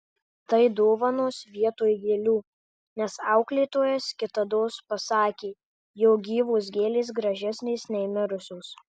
tai dovanos vietoj gėlių nes auklėtojas kitados pasakė jog gyvos gėlės gražesnės nei mirusios